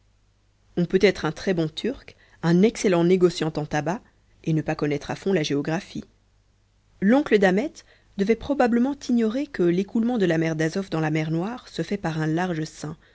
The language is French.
on peut être un très bon turc un excellent négociant en tabacs et ne pas connaître à fond la géographie l'oncle d'ahmet devait probablement ignorer que l'écoulement de la mer d'azof dans la mer noire se fait par un large sund